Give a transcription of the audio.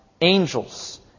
angels